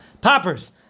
poppers